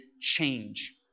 change